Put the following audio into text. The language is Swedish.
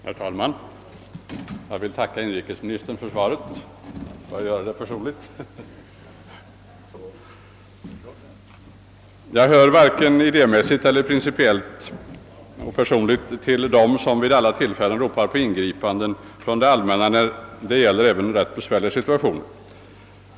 Herr talman! Jag vill tacka inrikesministern för svaret. Varken idémässigt eller principiellt hör jag till dem som vid alla tillfällen ropar på ingripanden från det allmänna även när det gäller rätt besvärliga situationer.